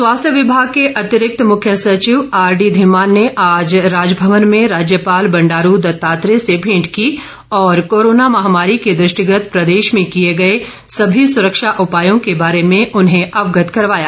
मेंट स्वास्थ्य विभाग के अतिरिक्त मुख्य सचिव आरडी धीमान ने आज राजभवन में राज्यपाल बंडारू दत्तात्रेय से भेंट की और कोरोना महामारी के दृष्टिगत प्रदेश में किए गए सभी सुरक्षा उपायों के बारे में उन्हें अवगत करवाया